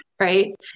right